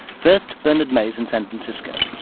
first, bernard mays in san francisco.